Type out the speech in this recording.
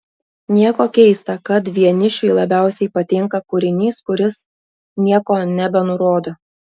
nieko keista kad vienišiui labiausiai patinka kūrinys kuris nieko nebenurodo